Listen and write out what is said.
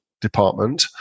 department